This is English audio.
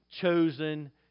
chosen